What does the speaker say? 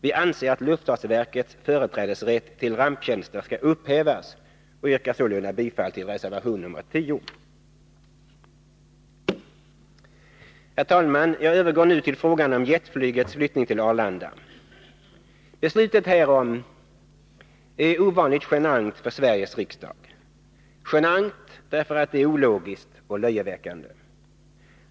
Vi anser att luftfartsverkets företrädesrätt till ramptjänster skall upphävas och yrkar sålunda bifall till reservation nr 10. Herr talman! Jag övergår nu till frågan om jetflygets flyttning till Arlanda. Beslutet härom är ovanligt genant för Sveriges riksdag — genant därför att det är ologiskt och löjeväckande.